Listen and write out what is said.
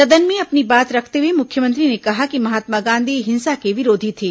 सदन में अपनी बात रखते हुए मुख्यमंत्री ने कहा कि महात्मा गांधी हिंसा के विरोधी थे